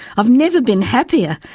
i've never been happier,